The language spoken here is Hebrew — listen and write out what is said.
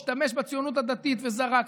השתמש בציונות הדתית וזרק,